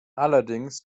allerdings